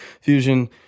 fusion